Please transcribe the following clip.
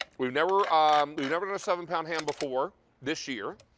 we've never um we've never done a seven pound ham before this year,